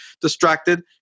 distracted